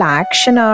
action